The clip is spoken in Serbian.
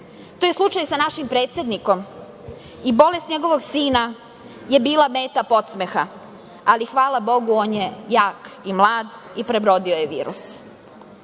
To je slučaj sa našim predsednikom. Bolest njegovog sina je bila meta podsmeha, ali, hvala Bogu, on je jak i mlad i prebrodio je virus. Da